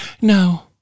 no